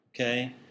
Okay